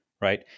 right